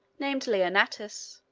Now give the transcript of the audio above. named leonnatus,